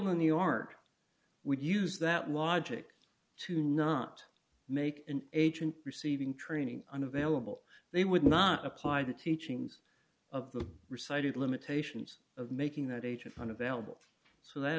in the art would use that logic to not make an agent receiving training unavailable they would not apply the teachings of the recitals limitations of making that age of one available so that